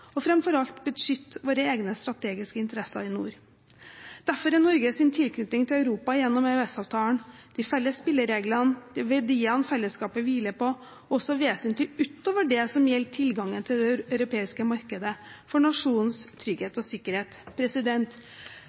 framfor alt beskytte våre egne strategiske interesser i nord. Derfor er Norges tilknytning til Europa gjennom EØS-avtalen – de felles spillereglene, verdiene fellesskapet hviler på – også vesentlig utover det som gjelder tilgangen til det europeiske markedet, for nasjonens trygghet og